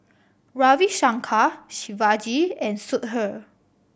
Ravi Shankar Shivaji and Sudhir